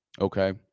Okay